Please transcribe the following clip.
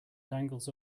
dangles